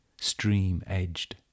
stream-edged